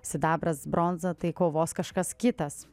sidabras bronza tai kovos kažkas kitas